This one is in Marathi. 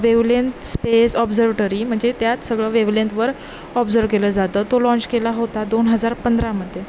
वेवलेंथ स्पेस ऑब्झर्वटरी म्हणजे त्यात सगळं वेवलेंथवर ऑब्झर्व्ह केलं जातं तो लाँच केला होता दोन हजार पंधरामध्ये